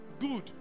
Good